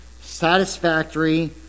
satisfactory